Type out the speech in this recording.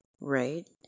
Right